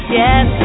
yes